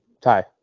Ty